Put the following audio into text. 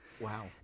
Wow